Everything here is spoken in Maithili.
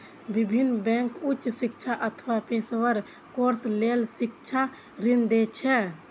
विभिन्न बैंक उच्च शिक्षा अथवा पेशेवर कोर्स लेल शिक्षा ऋण दै छै